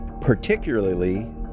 particularly